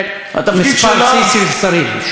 כן, מספר שיא של שרים.